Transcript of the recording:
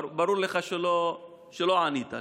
ברור לך שלא ענית לי.